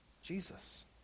Jesus